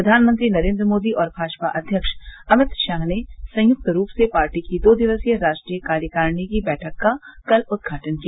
प्रधानमंत्री नरेन्द्र मोदी और भाजपा अध्यक्ष अभित शाह ने संयुक्त रूप से पार्टी की दो दिवसीय राष्ट्रीय कार्यकारिणी की बैठक का कल उद्घाटन किया